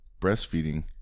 breastfeeding